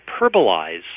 hyperbolize